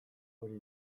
hori